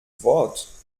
wort